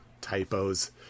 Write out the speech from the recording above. Typos